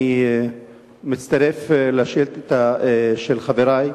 אני מצטרף לשאילתא של חברי.